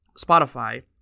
Spotify